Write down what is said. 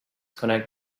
connect